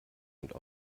und